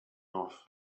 off